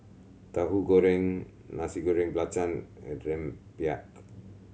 Tauhu Goreng Nasi Goreng Belacan and rempeyek